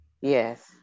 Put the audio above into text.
Yes